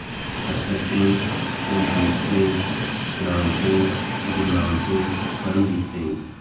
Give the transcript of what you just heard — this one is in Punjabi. ਸਕੱਤਰ ਸਿੰਘ ਮਨਜੀਤ ਸਿੰਘ ਸਤਨਾਮ ਸਿੰਘ ਗੁਰਨਾਮ ਸਿੰਘ ਪਰਮਜੀਤ ਸਿੰਘ